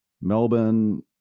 Melbourne